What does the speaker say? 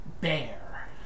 bear